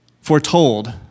foretold